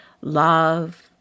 love